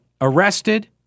arrested